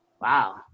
wow